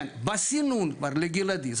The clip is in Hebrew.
כן, בסינון כבר לגלעדי.